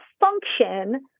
function